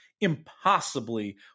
impossibly